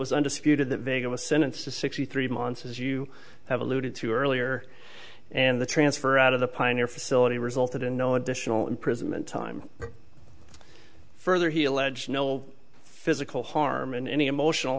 was undisputed that vega was sentenced to sixty three months as you have alluded to earlier and the transfer out of the pioneer facility resulted in no additional imprisonment time further he alleged no physical harm and any emotional